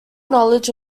knowledge